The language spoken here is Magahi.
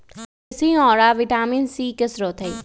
देशी औरा विटामिन सी के स्रोत हई